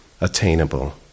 attainable